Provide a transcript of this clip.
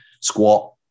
squat